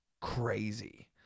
crazy